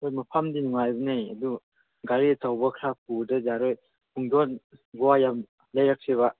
ꯍꯣꯏ ꯃꯐꯃꯗꯤ ꯅꯨꯡꯉꯥꯏꯕꯅꯦ ꯑꯗꯨ ꯒꯥꯔꯤ ꯑꯆꯧꯕ ꯈꯔ ꯄꯨꯗ ꯌꯥꯔꯣꯏ ꯄꯨꯡꯗꯣꯟ ꯒꯣꯚꯥ ꯌꯥꯝ ꯂꯩꯔꯛꯁꯦꯕ